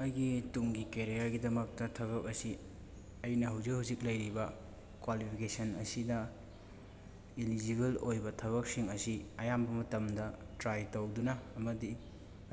ꯑꯩꯒꯤ ꯇꯨꯡꯒꯤ ꯀꯦꯔꯤꯌꯥꯔꯒꯤꯗꯃꯛꯇ ꯊꯕꯛ ꯑꯁꯤ ꯑꯩꯅ ꯍꯧꯖꯤꯛ ꯍꯧꯖꯤꯛ ꯂꯩꯔꯤꯕ ꯀ꯭ꯋꯥꯂꯤꯐꯤꯀꯦꯁꯟ ꯑꯁꯤꯅ ꯏꯂꯤꯖꯤꯕꯜ ꯑꯣꯏꯕ ꯊꯕꯛꯁꯤꯡ ꯑꯁꯤ ꯑꯌꯥꯝꯕ ꯃꯇꯝꯗ ꯇ꯭ꯔꯥꯏ ꯇꯧꯗꯨꯅ ꯑꯃꯗꯤ